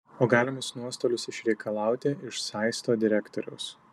o galimus nuostolius išreikalauti iš saisto direktoriaus